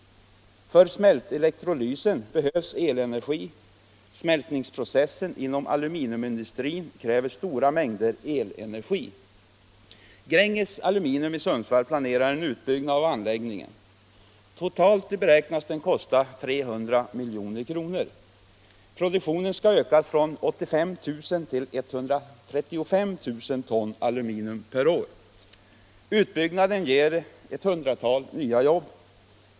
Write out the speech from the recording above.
För smältelektrolysen behövs elenergi. Smältningsprocessen inom aluminiumindustrin kräver stora mängder elenergi. Gränges Aluminium i Sundsvall planerar en utbyggnad av anläggningen. Totalt beräknas den kosta 300 milj.kr. Produktionen skall ökas från 85 000 till 135 000 ton aluminium per år. Utbyggnaden ger ett hundratal nya jobb.